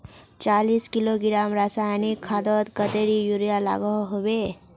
चालीस किलोग्राम रासायनिक खादोत कतेरी यूरिया लागोहो होबे?